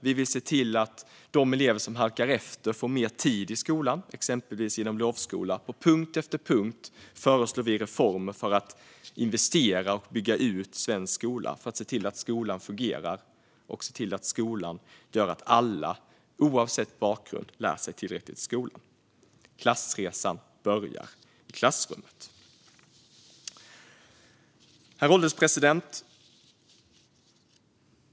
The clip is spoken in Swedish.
Vi vill se till att de elever som halkar efter får mer tid i skolan, exempelvis genom lovskola. På punkt efter punkt föreslår vi reformer för att investera i och bygga ut svensk skola så att skolan ska fungera och göra så att alla, oavsett bakgrund, lär sig tillräckligt. Klassresan börjar i klassrummet. Herr ålderspresident!